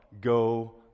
go